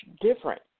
different